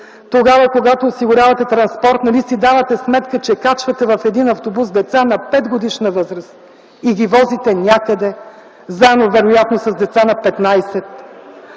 Тогава, когато осигурявате транспорт, нали си давате сметка, че качвате в един автобус деца на 5-годишна възраст и ги возите някъде, е вероятно заедно с деца на 15